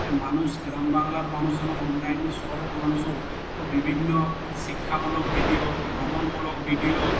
এ মানুষ গ্রাম বাংলার মানুষ এবং অন্যান্য শহরের মানুষও ও বিভিন্ন শিক্ষামূলক ভিডিও ভ্রমণমূলক ভিডিও